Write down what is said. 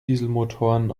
dieselmotoren